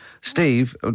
Steve